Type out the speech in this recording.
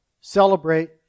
celebrate